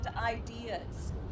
ideas